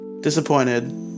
Disappointed